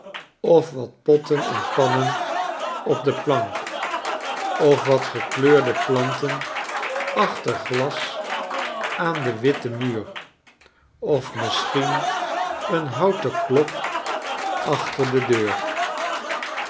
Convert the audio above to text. of wat potten en pannen op de plank of wat gekleurde platen achter glas aan den gewitten muur of misschien een houten klok achter de deur